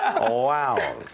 Wow